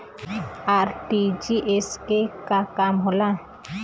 RTGS के का काम होला?